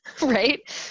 right